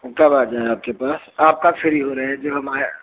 कब आ जाएँ आपके पास आप कब फ्री हो रहे हैं जो हम आएँ